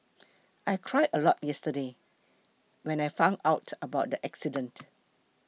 I cried a lot yesterday when I found out about the accident